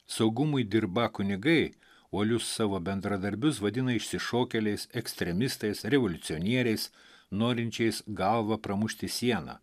saugumui dirbą kunigai uolius savo bendradarbius vadina išsišokėliais ekstremistais revoliucionieriais norinčiais galva pramušti sieną